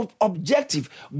objective